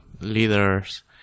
leaders